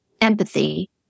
empathy